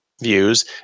views